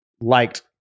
liked